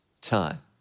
time